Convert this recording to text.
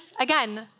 again